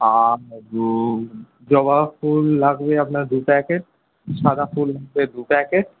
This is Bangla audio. আর জবা ফুল লাগবে আপনার দু প্যাকেট সাদা ফুল দু প্যাকেট